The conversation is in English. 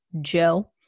Joe